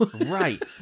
Right